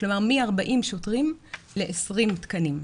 כלומר מ-40 שוטרים ל-20 תקנים.